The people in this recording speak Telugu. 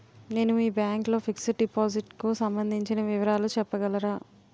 నేను మీ బ్యాంక్ లో ఫిక్సడ్ డెపోసిట్ కు సంబందించిన వివరాలు చెప్పగలరా?